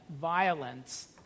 violence